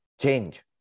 change